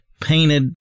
painted